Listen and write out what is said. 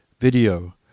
video